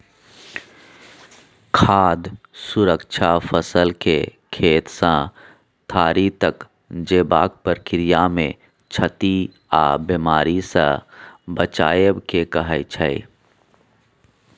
खाद्य सुरक्षा फसलकेँ खेतसँ थारी तक जेबाक प्रक्रियामे क्षति आ बेमारीसँ बचाएब केँ कहय छै